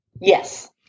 Yes